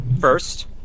First